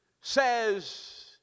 says